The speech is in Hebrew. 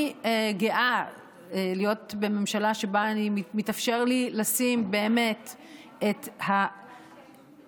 אני גאה להיות בממשלה שבה מתאפשר לי לשים באמת את הגליל,